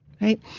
Right